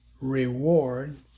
reward